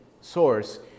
source